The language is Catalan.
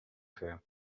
fer